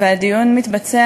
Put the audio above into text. והדיון מתקיים